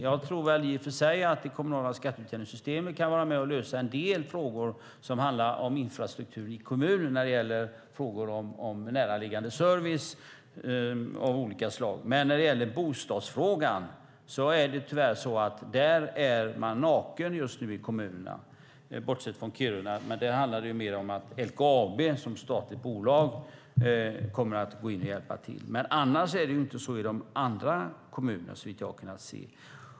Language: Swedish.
Jag tror i och för sig att det kommunala skatteutjämningssystemet kan lösa en del frågor som handlar om infrastrukturen i kommunerna, till exempel näraliggande service av olika slag. Men i bostadsfrågan är kommunerna just nu nakna, bortsett från Kiruna. Där handlar det mer om att LKAB som statligt bolag kommer att hjälpa till. Det är inte så i de andra kommunerna, såvitt jag har sett.